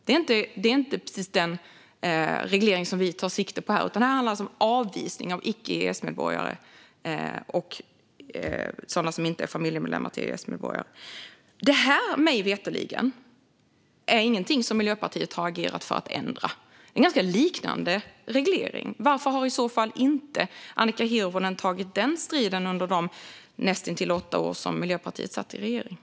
Det är inte precis den reglering som vi tar sikte på här, utan detta handlar alltså om avvisning av icke EES-medborgare och sådana som inte är familjemedlemmar till EES-medborgare. Mig veterligen är detta ingenting som Miljöpartiet har agerat för att ändra. Det är en ganska liknande reglering. Varför har i så fall Annika Hirvonen inte tagit den striden under de nästan åtta år som Miljöpartiet satt i regeringen?